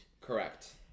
Correct